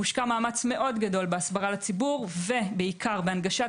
מושקע מאמץ מאוד גדול בהסברה לציבור ובעיקר בהנגשת